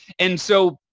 and so,